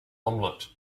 omelette